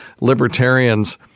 libertarians